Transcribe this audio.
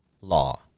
law